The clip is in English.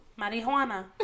marijuana